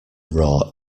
raw